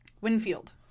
winfield